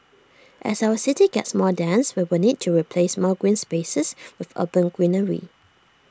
as our city gets more dense we will need to replace more green spaces with urban greenery